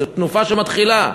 זו תנופה שמתחילה.